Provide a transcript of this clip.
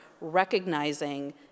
recognizing